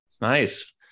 Nice